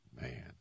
Man